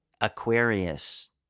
Aquarius